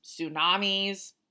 tsunamis